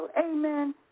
amen